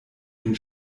den